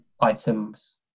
items